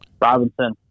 Robinson